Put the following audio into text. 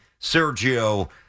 Sergio